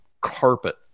carpet